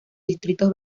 distritos